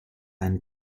eine